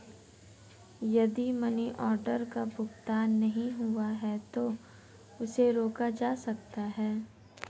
यदि money order का भुगतान नहीं हुआ है तो उसे रोका जा सकता है